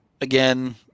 again